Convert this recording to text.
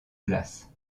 place